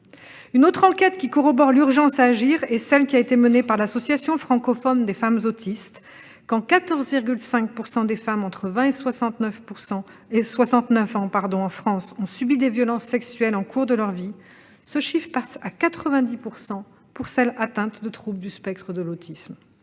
Une autre enquête corroborant l'urgence à agir est celle qui a été menée par l'Association francophone des femmes autistes. Alors que, en France, 14,5 % des femmes ayant entre 20 et 69 ans ont subi des violences sexuelles au cours de leur vie, ce chiffre passe à 90 % pour celles qui sont atteintes de troubles du spectre de l'autisme.